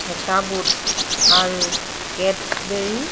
সেকা বুট আৰু কেটবেৰী